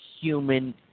human